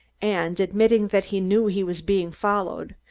and admitting that he knew he was being followed,